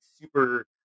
super